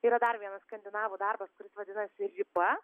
yra dar vienas skandinavų darbas kuris vadinasi riba